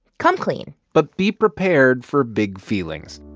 come clean but be prepared for big feelings